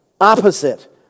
opposite